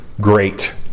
great